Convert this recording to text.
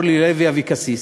אורלי לוי אבקסיס,